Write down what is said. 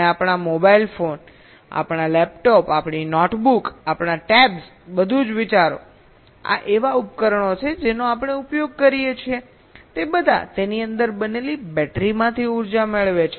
તમે આપણાં mobile phone આપણાં લેપટોપ આપણી નોટબુક આપણાં ટેબ્સ બધું જ વિચારો આ એવા ઉપકરણો છે જેનો આપણે ઉપયોગ કરીએ છીએ તે બધા તેની અંદર બનેલી બેટરીમાંથી ઉર્જા મેળવે છે